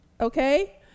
okay